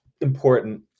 important